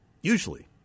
Usually